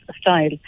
style